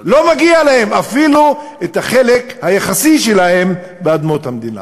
לא מגיע להם אפילו החלק היחסי שלהם באדמות המדינה.